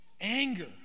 anger